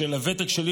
בשל הוותק שלי,